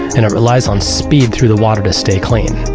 and it relies on speed through the water to stay clean.